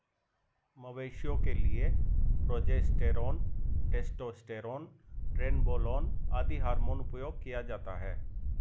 मवेशियों के लिए प्रोजेस्टेरोन, टेस्टोस्टेरोन, ट्रेनबोलोन आदि हार्मोन उपयोग किया जाता है